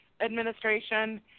administration